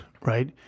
right